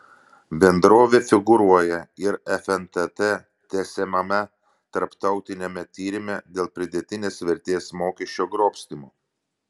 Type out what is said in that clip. bendrovė figūruoja ir fntt tęsiamame tarptautiniame tyrime dėl pridėtinės vertės mokesčio grobstymo